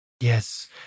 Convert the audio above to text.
Yes